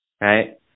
right